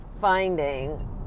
finding